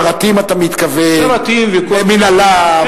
שרתים, אתה מתכוון, מינהלה.